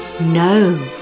no